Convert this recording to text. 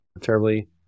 terribly